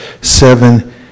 seven